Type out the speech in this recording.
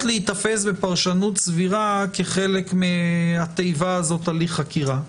להיתפס בפרשנות סבירה כחלק מהתיבה הזאת "הליך חקירה".